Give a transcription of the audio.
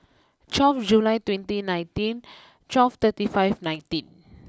twelve July twenty nineteen twelve thirty five nineteen